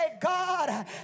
God